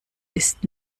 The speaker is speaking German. ist